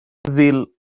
veal